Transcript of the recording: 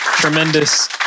Tremendous